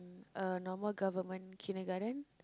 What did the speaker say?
uh normal government kindergarten